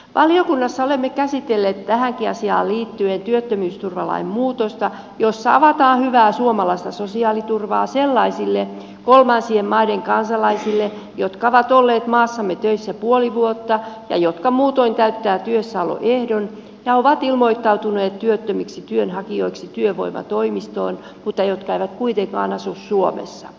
valiokunnassa olemme käsitelleet tähänkin asiaan liittyen työttömyysturvalain muutosta jossa avataan hyvää suomalaista sosiaaliturvaa sellaisille kolmansien maiden kansalaisille jotka ovat olleet maassamme töissä puoli vuotta ja jotka muutoin täyttävät työssäoloehdon ja ovat ilmoittautuneet työttömiksi työnhakijoiksi työvoimatoimistoon mutta jotka eivät kuitenkaan asu suomessa